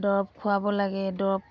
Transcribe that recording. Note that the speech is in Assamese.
দৰৱ খোৱাব লাগে দৰৱ